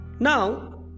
now